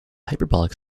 hyperbolic